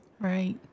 Right